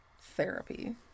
therapy